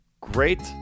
Great